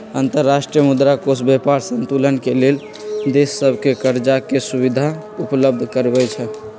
अंतर्राष्ट्रीय मुद्रा कोष व्यापार संतुलन के लेल देश सभके करजाके सुभिधा उपलब्ध करबै छइ